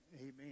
Amen